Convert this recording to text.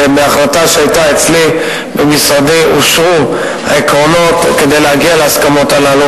בהחלטה שהיתה אצלי במשרדי אושרו העקרונות כדי להגיע להסכמות הללו.